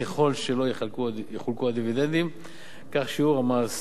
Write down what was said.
ככל שלא יחולקו הדיבידנדים כך שיעור המס